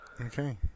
Okay